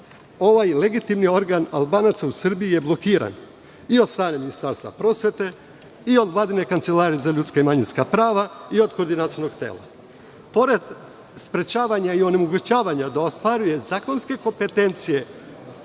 ovaj legitimni organ Albanaca u Srbiji je blokiran i od strane Ministarstva prosvete i od Vladine kancelarije za ljudska i manjinska prava i od koordinacionog tela. Pored sprečavanja i onemogućavanja da ostvaruje zakonske kompetencije